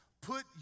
Put